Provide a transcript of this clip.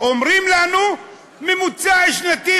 אומרים לנו: ממוצע שנתי,